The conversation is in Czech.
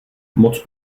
moc